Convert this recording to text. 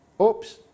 Oops